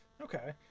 okay